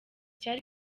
cyari